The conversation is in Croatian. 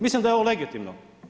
Mislim da je to legitimno.